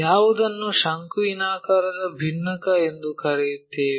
ಯಾವುದನ್ನು ಶಂಕುವಿನಾಕಾರದ ಭಿನ್ನಕ ಎಂದು ಕರೆಯುತ್ತೇವೆ